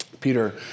Peter